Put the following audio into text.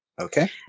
Okay